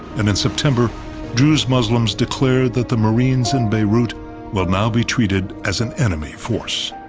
and in september druze muslims declare that the marines in beirut will now be treated as an enemy force.